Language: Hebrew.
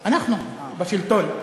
אנחנו, בשלטון.